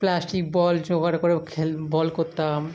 plastic ball জোগাড় করেও খেল বল করতাম